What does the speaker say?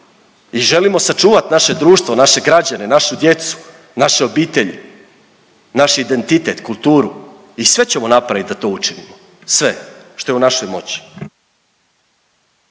i želimo sačuvati naše društvo, naše građane, našu djecu, naše obitelji, naš identitet, kulturu. I sve ćemo napraviti da to učinimo, sve što je u našoj moći.